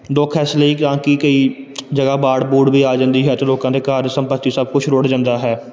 ਦੁੱਖ ਇਸ ਲਈ ਤਾਂ ਕਿ ਕਈ ਜਗ੍ਹਾ ਵਾੜ ਵੁੜ ਵੀ ਆ ਜਾਂਦੀ ਹੈ ਅਤੇ ਲੋਕਾਂ ਦੇ ਘਰ ਸੰਪਤੀ ਸਭ ਕੁਝ ਰੁੜ ਜਾਂਦਾ ਹੈ